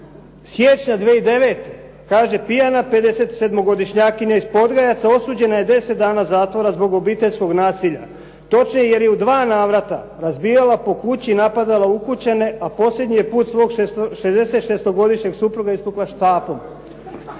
siječnja 2009. kaže pijana 57-godišnjakinja iz Podgajaca osuđena je na deset dana zatvora zbog obiteljskog nasilja. Točnije, jer je u dva navrata razbijala u kući, napadala ukućane a posljednji je put svog 66-godišnjeg supruga istukla štapom.